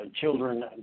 children